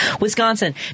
Wisconsin